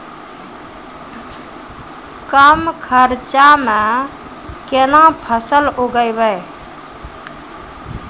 कम खर्चा म केना फसल उगैबै?